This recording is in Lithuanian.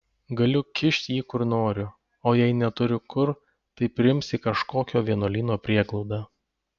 galiu kišt jį kur noriu o jei neturiu kur tai priims į kažkokio vienuolyno prieglaudą